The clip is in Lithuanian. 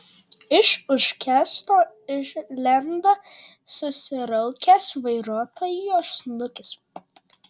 iš už kęsto išlenda susiraukęs vairuotojo snukis